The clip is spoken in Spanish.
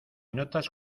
notas